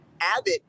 Abbott